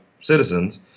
citizens